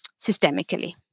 systemically